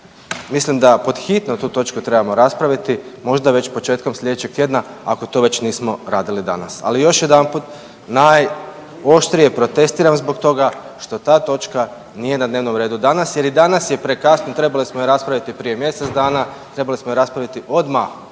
mislim da pod hitno tu točku trebamo raspraviti, možda već početkom sljedećeg tjedna ako to već nismo radili danas. Ali još jedanput, najoštrije protestiram zbog toga što ta točka nije na dnevnom redu danas jer i danas je prekasno, trebali smo je raspravi prije mjesec dana, trebali smo je raspraviti odmah